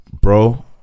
bro